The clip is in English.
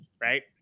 right